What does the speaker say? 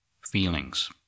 feelings